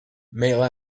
male